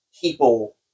people